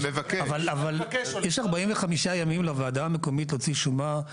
יש 45 ימים לוועדה המקומית להוציא שומה.